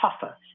tougher